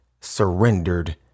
surrendered